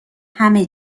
همه